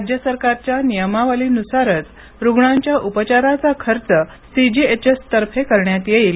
राज्य सरकारच्या नियमावलीनुसारच रूग्णांच्या उपचाराचा खर्च सीजीएचएसतर्फे देण्यात येईल